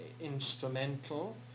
instrumental